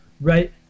right